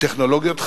טכנולוגיות חלל,